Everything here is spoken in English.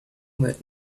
that